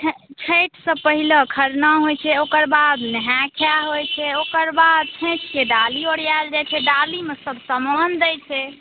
छै छठि से पहले खरना होइ छै ओकर बाद नहाए खाए होइ छै ओकरबाद छठिके डाली ओरिएल जाइ छै डालीमे सब सामान दै छै